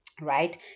right